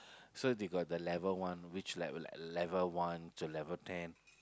so they got the level one which level like level one to level ten